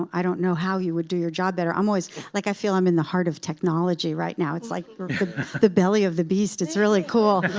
i don't know how you would do your job better. um like i feel i'm in the heart of technology right now. it's like the belly of the beast. it's really cool.